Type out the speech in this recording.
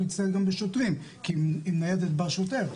להצטייד בשוטרים כי עם ניידת בא שוטר,